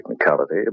technicality